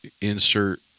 insert